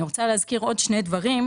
אני רוצה להזכיר עוד שני דברים,